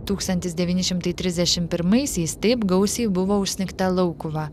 tūkstantis devyni šimtai tridešim pirmaisiais taip gausiai buvo užsnigta laukuva